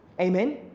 Amen